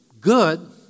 good